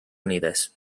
unides